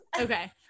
Okay